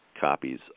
copies